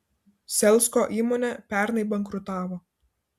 selsko įmonė pernai bankrutavo